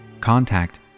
contact